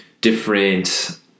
different